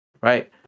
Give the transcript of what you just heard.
right